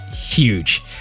huge